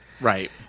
Right